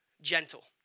gentle